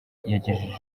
yagejeje